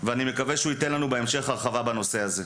ואני מקווה שהוא ייתן לנו הרחבה בנושא זה בהמשך.